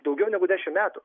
daugiau negu dešim metų